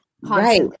Right